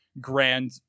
grand